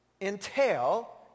entail